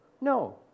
No